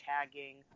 tagging